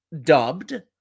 dubbed